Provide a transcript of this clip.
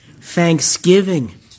thanksgiving